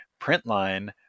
Printline